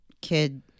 kid